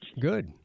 Good